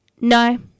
No